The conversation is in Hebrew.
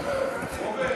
אדוני.